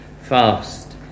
fast